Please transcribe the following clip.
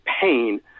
pain